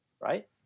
right